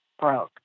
broke